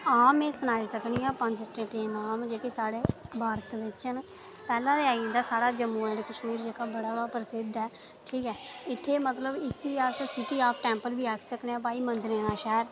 आं में सनाई सकनी आ पंज स्टेटें दे नांऽ में जेह्के साढ़े भारत बेच न पैह्ला ते आई जंदा साढ़ा जम्मू ऐंड़ कश्मीर जेह्का बड़ा प्रसिद्ध ऐ ठीक ऐ इत्थै मतलब इसी अस सिटी आफ टैंपल बी आक्खी सकनें आं भाई मंदरें दा शैह्र